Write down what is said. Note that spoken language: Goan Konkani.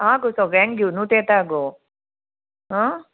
आं गो सगळ्यांक घेवनूत येता गो आ